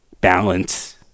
balance